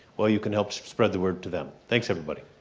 well you can help spread the word to them. thanks everybody.